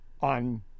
On